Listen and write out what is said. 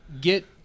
get